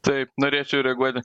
taip norėčiau reaguoti